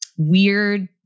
weird